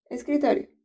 Escritorio